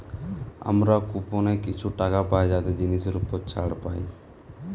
আমরা কুপনে কিছু টাকা পাই যাতে জিনিসের উপর ছাড় পাই